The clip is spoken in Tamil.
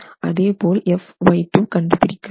அதேபோல Fy2 கண்டுபிடிக்கலாம்